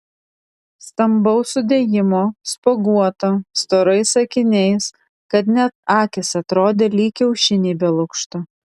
stambaus sudėjimo spuoguota storais akiniais kad net akys atrodė lyg kiaušiniai be lukšto